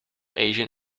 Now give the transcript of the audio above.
asian